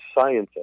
scientists